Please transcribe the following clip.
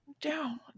down